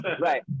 right